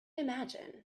imagine